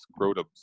scrotums